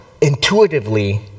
intuitively